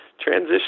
transition